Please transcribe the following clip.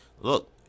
look